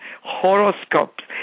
horoscopes